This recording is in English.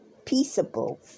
peaceable